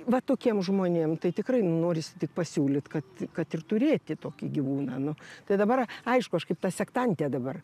va tokiem žmonėm tai tikrai norisi tik pasiūlyt kad kad ir turėti tokį gyvūną nu tai dabar aišku aš kaip ta sektantė dabar